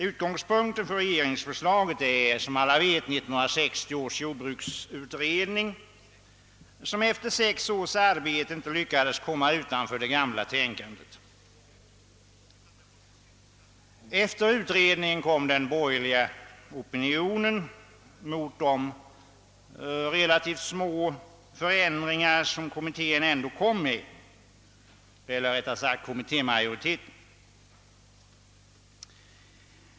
Utgångspunkten för regeringsförslaget är som alla vet 1960 års jordbruksutredning, som efter sex års arbete inte har lyckats komma utanför det gamla tänkandet. Efter utredningen kom den borgerliga opinionen mot de relativt små förändringar som kommittémajoriteten ändå föreslog.